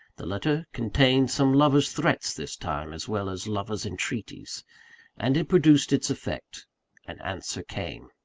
the letter contained some lover's threats this time, as well as lover's entreaties and it produced its effect an answer came.